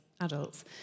adults